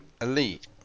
Elite